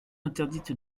interdite